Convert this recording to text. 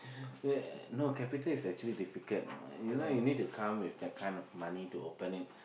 uh no capital is actually difficult you know you need to come with that kind of money to open it